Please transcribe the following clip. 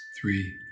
three